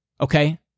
Okay